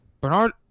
Bernard